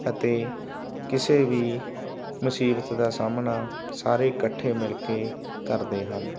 ਅਤੇ ਕਿਸੇ ਵੀ ਮੁਸੀਬਤ ਦਾ ਸਾਹਮਣਾ ਸਾਰੇ ਇਕੱਠੇ ਮਿਲ ਕੇ ਕਰਦੇ ਹਨ